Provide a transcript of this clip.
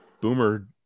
Boomer